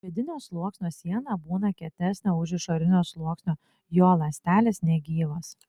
vidinio sluoksnio siena būna kietesnė už išorinio sluoksnio jo ląstelės negyvos